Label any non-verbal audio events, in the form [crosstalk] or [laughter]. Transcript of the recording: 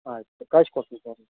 ಆ ಕಳಿಸ್ಕೊಡ್ತಿನ್ [unintelligible]